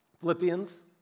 Philippians